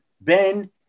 Ben